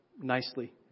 nicely